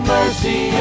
mercy